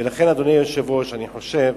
ולכן, אדוני היושב-ראש, אני חושב